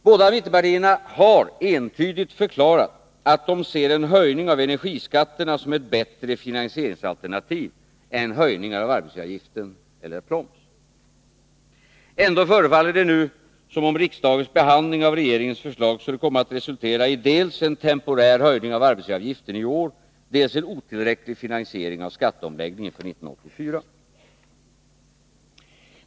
Båda mittenpartierna har entydigt förklarat att de ser en höjning av energiskatterna som ett bättre finansieringsalternativ än höjningar av arbetsgivaravgiften eller införande av proms. Ändå förefaller det nu som om riksdagens behandling av regeringens förslag skulle komma att resultera i dels en temporär höjning av arbetsgivaravgiften i år, dels en otillräcklig finansiering av skatteomläggningen för 1984.